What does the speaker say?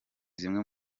zimwe